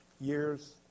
years